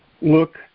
Look